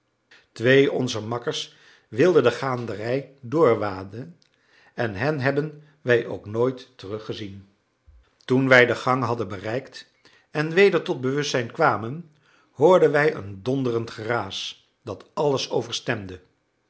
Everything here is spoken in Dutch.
twee onzer makkers wilden de gaanderij doorwaden en hen hebben wij ook nooit teruggezien toen wij de gang hadden bereikt en weder tot bewustzijn kwamen hoorden wij een donderend geraas dat alles